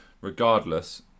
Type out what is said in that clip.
regardless